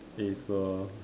Razer